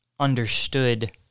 Understood